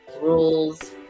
rules